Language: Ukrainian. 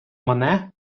мане